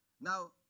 Now